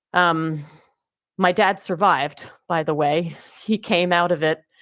um my dad survived, by the way he came out of it,